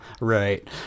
right